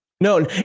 No